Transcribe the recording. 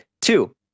Two